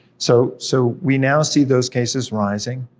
so so we now see those cases rising.